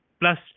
plus